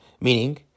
Meaning